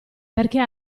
perché